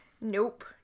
Nope